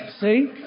See